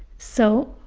so,